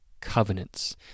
covenants